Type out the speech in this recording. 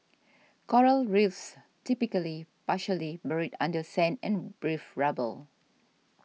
coral Reefs typically partially buried under sand and reef rubble